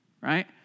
right